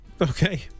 Okay